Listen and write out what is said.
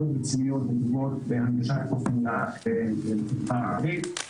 רציניות וגבוהות בהנגשת מידע בשפה הערבית,